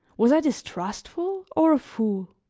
was i distrustful or a fool?